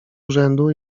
urzędu